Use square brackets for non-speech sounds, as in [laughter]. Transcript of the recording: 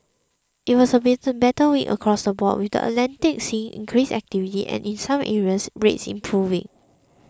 it was a [unintelligible] better week across the board with the Atlantic seeing increased activity and in some areas rates improving